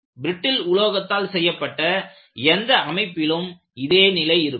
brittle உலோகத்தால் செய்யப்பட்ட எந்த ஒரு அமைப்பிலும் இதே நிலை இருக்கும்